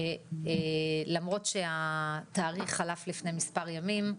למרות שהתאריך חלף לפני מספר ימים,